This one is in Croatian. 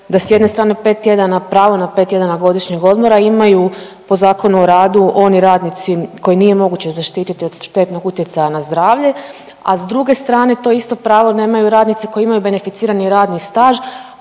pet tjedana, pravo na pet tjedana godišnjeg odmora imaju po Zakonu o radu oni radnici koje nije moguće zaštititi od štetnog utjecaja na zdravlje, a s druge strane to isto pravo nemaju radnici koji imaju beneficirani radni staž,